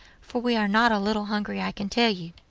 for we are not a little hungry. i can tell you.